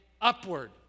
upward